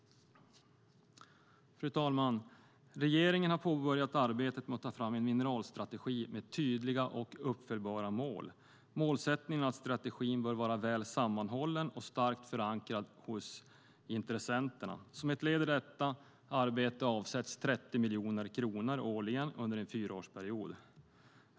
Fru talman! Regeringen har påbörjat arbetet med att ta fram en mineralstrategi med tydliga och uppföljbara mål. Målsättningen är att strategin bör vara väl sammanhållen och starkt förankrad hos intressenterna. Som ett led i detta arbete avsätter regeringen 30 miljoner kronor årligen under en fyraårsperiod.